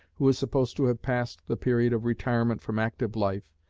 who is supposed to have passed the period of retirement from active life,